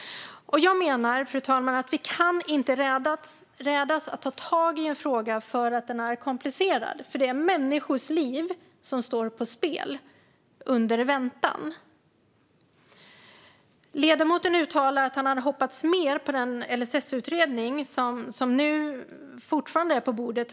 Jag menar att vi inte kan rädas att ta tag i en fråga för att den är komplicerad. Det är människors liv som står på spel under väntan. Ledamoten uttalar att han hade hoppats mer på den LSS-utredning som fortfarande är på bordet.